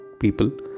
people